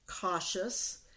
cautious